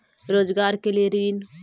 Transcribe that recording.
रोजगार के लिए ऋण?